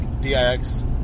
DIX